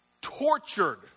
Tortured